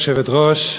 גברתי היושבת-ראש,